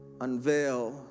unveil